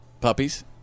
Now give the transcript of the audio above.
puppies